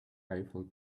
eiffel